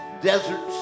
deserts